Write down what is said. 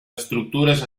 estructures